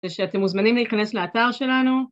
שאתם מוזמנים להיכנס לאתר שלנו.